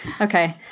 Okay